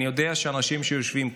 אני יודע שהאנשים שיושבים כאן,